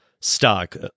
stock